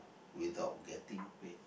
without getting paid